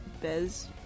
Bez